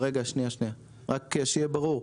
רק שיהיה ברור.